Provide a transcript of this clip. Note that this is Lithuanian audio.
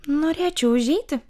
norėčiau užeiti